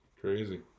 Crazy